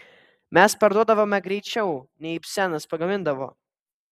mes parduodavome greičiau nei ibsenas pagamindavo